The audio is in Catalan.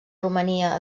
romania